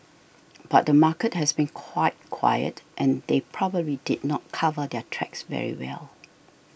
but the market has been quite quiet and they probably did not cover their tracks very well